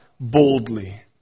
boldly